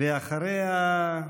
אחריה,